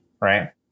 Right